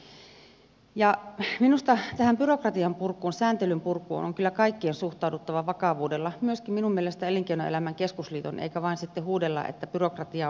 minusta tähän byrokratian purkuun sääntelyn purkuun on kyllä kaikkien suhtauduttava vakavuudella myöskin minun mielestä elinkeinoelämän keskusliiton eikä vain sitten huudella että byrokratia on purettava